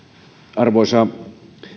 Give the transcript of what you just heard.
arvoisa